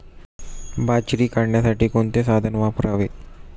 बाजरी काढण्यासाठी कोणते साधन वापरावे?